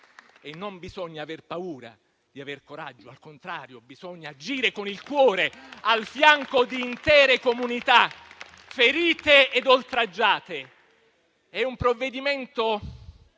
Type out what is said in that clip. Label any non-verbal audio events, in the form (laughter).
e non bisogna aver paura di aver coraggio, al contrario bisogna agire con il cuore al fianco di intere comunità ferite ed oltraggiate. (applause) È un provvedimento